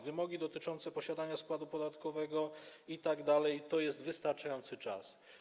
Wymogi dotyczące posiadania składu podatkowego itd. - to jest wystarczający czas.